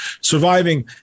surviving